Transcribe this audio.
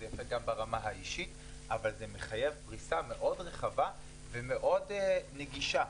זה יפה גם ברמה האישית אבל זה מחייב פריסה מאוד רחבה ומאוד נגישה.